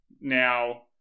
Now